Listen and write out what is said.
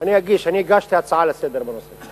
אני הגשתי הצעה לסדר-היום בנושא.